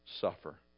suffer